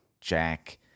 Jack